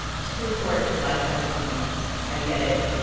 supreme court lifetime appointments i get it.